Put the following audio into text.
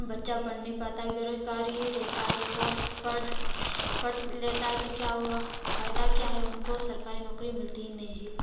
बच्चा पढ़ नहीं पाता है बेरोजगार ही रहता है और पढ पढ़ लेता है तो क्या हुआ फायदा क्या है उनको सरकारी नौकरी मिलती ही नहीं है